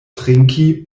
trinki